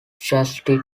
chastity